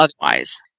Otherwise